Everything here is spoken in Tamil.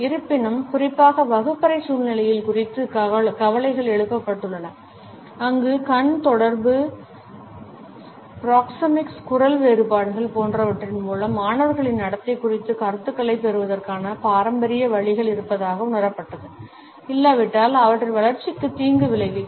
இருப்பினும் குறிப்பாக வகுப்பறை சூழ்நிலைகள் குறித்து கவலைகள் எழுப்பப்பட்டுள்ளன அங்கு கண் தொடர்பு ப்ராக்ஸெமிக்ஸ் குரல் வேறுபாடுகள் போன்றவற்றின் மூலம் மாணவர்களின் நடத்தை குறித்து கருத்துக்களைப் பெறுவதற்கான பாரம்பரிய வழிகள் இருப்பதாக உணரப்பட்டது இல்லாவிட்டால் அவற்றின் வளர்ச்சிக்கு தீங்கு விளைவிக்கும்